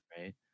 right